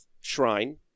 Shrine